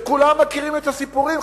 וכולם מכירים את הסיפורים,